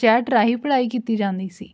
chat ਰਾਹੀਂ ਪੜ੍ਹਾਈ ਕੀਤੀ ਜਾਂਦੀ ਸੀ